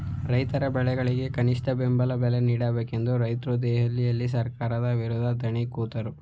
ರೈತರ ಬೆಳೆಗಳಿಗೆ ಕನಿಷ್ಠ ಬೆಂಬಲ ಬೆಲೆ ನೀಡಬೇಕೆಂದು ರೈತ್ರು ದೆಹಲಿಯಲ್ಲಿ ಸರ್ಕಾರದ ವಿರುದ್ಧ ಧರಣಿ ಕೂತರು